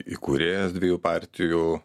įkūrėjas dviejų partijų